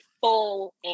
full